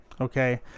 Okay